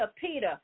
Peter